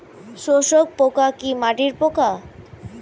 শোষক পোকা কি মাটির পোকা?